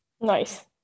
Nice